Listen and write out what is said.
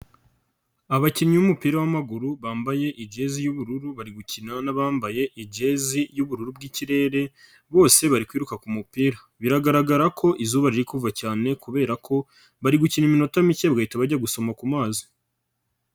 Abakinnyi b'umupira w'amaguru bambaye ijezi y'ubururu bari gukina n'abambaye igezi y'ubururu bw'ikirere bose bari kwiruka ku mupira, biragaragara ko izuba riri kuva cyane kubera ko bari gukina iminota mike bagahita bajya gusoma ku mazi.